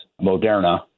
Moderna